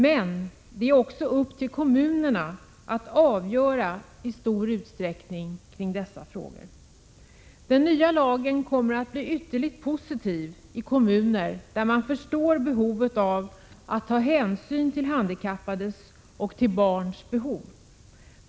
Det är emellertid kommunerna som i stor utsträckning får avgöra i dessa frågor. Den nya lagen kommer att bli ytterligt positiv i kommuner där man förstår behovet av hänsyn till handikappades och barns behov.